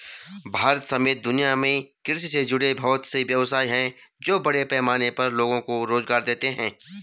भारत समेत दुनिया में कृषि से जुड़े बहुत से व्यवसाय हैं जो बड़े पैमाने पर लोगो को रोज़गार देते हैं